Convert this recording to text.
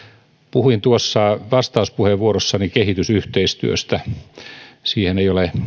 puhuin tuossa vastauspuheenvuorossani kehitysyhteistyöstä siihen ei ole